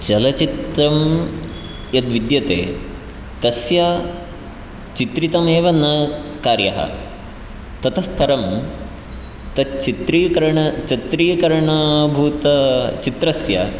चलच्चित्रं यद्विद्यते तस्य चित्रितमेव न कार्यः ततः परं तच्चित्रीकरणचित्रीकरणाभूतचित्रस्य